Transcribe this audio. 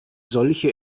solche